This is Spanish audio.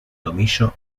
tomillo